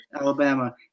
Alabama